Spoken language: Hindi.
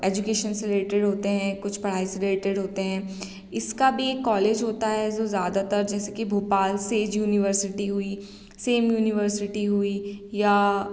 एजुकेशन से रिलेटेड होते हैं कुछ पढ़ाई से रिलेटेड होते हैं इसका भी एक कॉलेज होता है ज़ो ज्यादातर जैसे कि भोपाल सेज यूनिवर्सिटी हुई सेम यूनिवर्सिटी हुई या